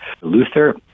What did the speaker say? Luther